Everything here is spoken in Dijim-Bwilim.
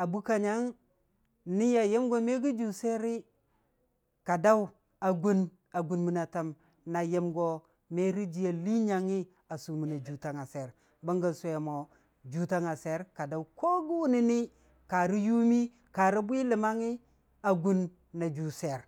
A bukka nyangngəng, niya yəm go me gə juu swiyeri, ka daʊ a gun məna təm a yəm go me rə jiiya lii nyangngi a suuməna juutang a swiyer, bənggən sʊwe mo, juutang a swiyer ka daʊ kogən wunə ni ka rə yuumi, karə bwi ləmangngi a gun na juu swiyer.